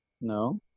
No